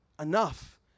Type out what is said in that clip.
enough